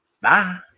Bye